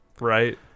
Right